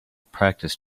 practice